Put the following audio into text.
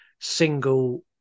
single